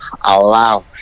allow